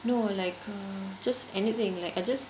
no like err just anything like I just